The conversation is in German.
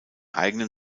eigenen